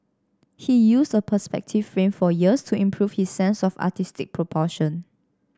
he used a perspective frame for years to improve his sense of artistic proportion